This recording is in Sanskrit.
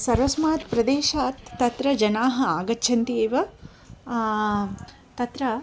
सर्वस्मात् प्रदेशात् तत्र जनाः आगच्छन्ति एव तत्र